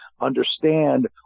understand